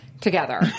together